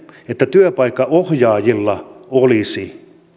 että työpaikkaohjaajilla olisi